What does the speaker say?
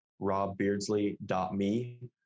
robbeardsley.me